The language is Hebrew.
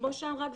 כמו שאמרה גברתי,